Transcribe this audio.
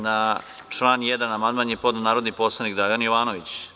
Na član 1. amandman je podneo narodni poslanik Dragan Jovanović.